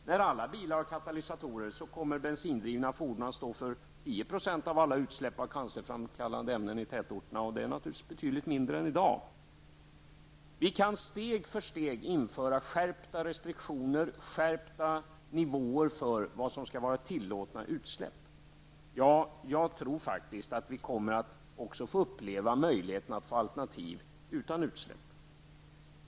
När alla bilar har katalysator kommer bensindrivna fordon att stå för endast 10 % av alla utsläpp av cancerframkallande ämnen i tätorterna. Det är naturligtvis betydligt mindre än i dag. Vi kan steg för steg införa skärpta restriktioner, skärpta nivåer för vad som skall vara tillåtna utsläpp. Jag tror faktiskt att vi också kommer att få uppleva möjligheten att få alternativ utan utsläpp.